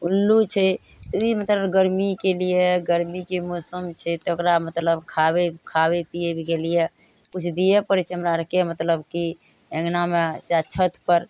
उल्लू छै ओहिमे गरमीके लिए गरमीके मौसम छै तऽ ओकरा मतलब खाबै खाबै पिएके लिए किछु दिअऽ पड़ै छै हमरा आओरके मतलब कि अँगनामे चाहे छतपर